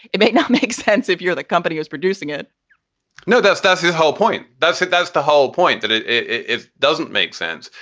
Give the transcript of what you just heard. it may not make sense if you're the company is producing it no, that's that's his whole point. that's it. that's the whole point that it it doesn't make sense.